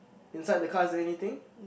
inside the car is anything